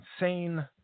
insane